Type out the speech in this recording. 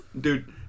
dude